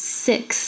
six